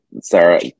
Sarah